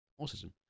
Autism